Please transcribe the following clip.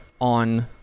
on